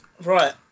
Right